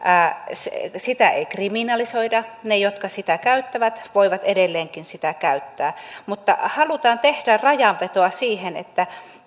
sitä ei kriminalisoida ne jotka sitä käyttävät voivat edelleenkin sitä käyttää mutta halutaan tehdä rajanvetoa siihen että